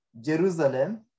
Jerusalem